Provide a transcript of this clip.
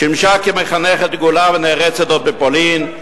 שימשה כמחנכת דגולה ונערצת עוד בפולין,